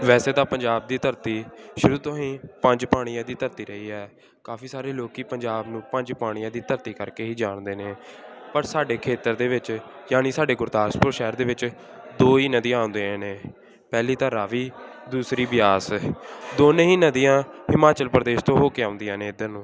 ਵੈਸੇ ਤਾਂ ਪੰਜਾਬ ਦੀ ਧਰਤੀ ਸ਼ੁਰੂ ਤੋਂ ਹੀ ਪੰਜ ਪਾਣੀਆਂ ਦੀ ਧਰਤੀ ਰਹੀ ਹੈ ਕਾਫੀ ਸਾਰੇ ਲੋਕ ਪੰਜਾਬ ਨੂੰ ਪੰਜ ਪਾਣੀਆਂ ਦੀ ਧਰਤੀ ਕਰਕੇ ਹੀ ਜਾਣਦੇ ਨੇ ਪਰ ਸਾਡੇ ਖੇਤਰ ਦੇ ਵਿੱਚ ਯਾਨੀ ਸਾਡੇ ਗੁਰਦਾਸਪੁਰ ਸ਼ਹਿਰ ਦੇ ਵਿੱਚ ਦੋ ਹੀ ਨਦੀਆਂ ਆਉਂਦੇ ਨੇ ਪਹਿਲੀ ਤਾਂ ਰਾਵੀ ਦੂਸਰੀ ਬਿਆਸ ਦੋਨੇ ਹੀ ਨਦੀਆਂ ਹਿਮਾਚਲ ਪ੍ਰਦੇਸ਼ ਤੋਂ ਉਹ ਕੇ ਆਉਂਦੀਆਂ ਨੇ ਇੱਧਰ ਨੂੰ